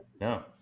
No